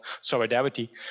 solidarity